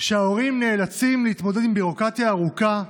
שההורים נאלצים להתמודד עם ביורוקרטיה ארוכה,